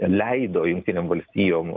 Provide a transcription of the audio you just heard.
leido jungtinėm valstijom